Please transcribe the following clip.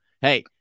Hey